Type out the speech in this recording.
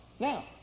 Now